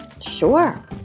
sure